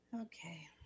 Okay